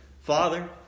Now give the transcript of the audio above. Father